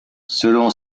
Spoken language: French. selon